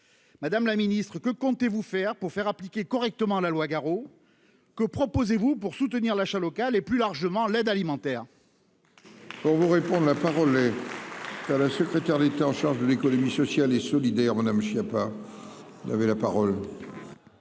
Madame la Ministre que comptez-vous faire pour faire appliquer correctement la loi, que proposez-vous pour soutenir l'achat local et plus largement l'aide alimentaire. On vous répond n'a pas volé. La secrétaire d'État en charge de l'économie sociale et solidaire Madame Schiappa n'avait la parole.